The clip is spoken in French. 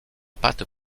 pâte